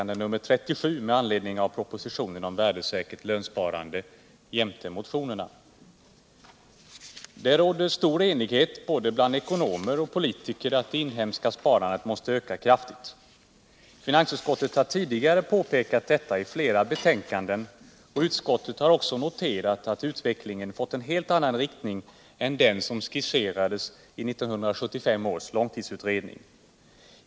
Det råder stor enighet bland våra ekonomer och politiker om att det inhemska sparandet måste öka kraftigt. Finansutskottet har tidigare påpekat detta i flera betänkanden. Utskottet har också noterat att utvecklingen gått i en helt annan riktning än den som skisserades i 1975 års långtidsutredning.